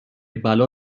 بلا